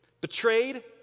Betrayed